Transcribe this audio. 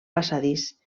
passadís